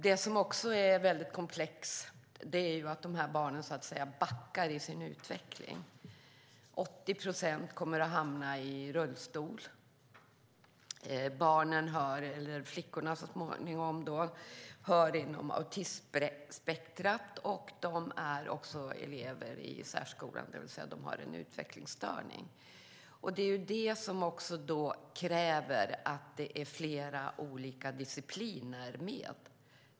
Det som också är väldigt komplext är att de här barnen, så att säga, backar i sin utveckling. 80 procent kommer att hamna i rullstol. Barnen, eller flickorna, kommer så småningom att höra till autismspektrumet. De är elever i särskolan, det vill säga att de har en utvecklingsstörning. Det är detta som kräver att det är flera olika discipliner med.